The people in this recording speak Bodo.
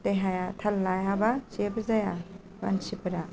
देहाया थाल लायाबा जेबो जाया मानसिफोरा